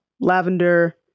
lavender